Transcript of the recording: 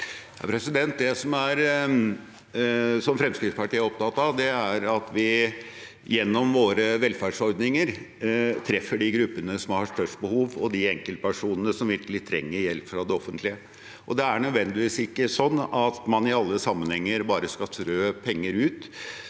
Det Frem- skrittspartiet er opptatt av, er at vi gjennom våre velferdsordninger, treffer de gruppene som har størst behov, og de enkeltpersonene som virkelig trenger hjelp fra det offentlige. Det er ikke nødvendigvis sånn at man i alle sammenhenger bare skal strø ut penger til